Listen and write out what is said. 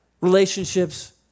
relationships